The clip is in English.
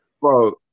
Bro